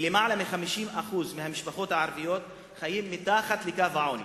ולמעלה מ-50% מהמשפחות הערביות חיות מתחת לקו העוני.